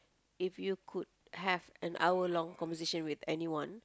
if you could have an hour long conversation with anyone